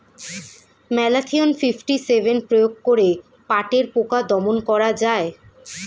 Malathion fifty seven প্রয়োগ করে পাটের পোকা দমন করা যায়?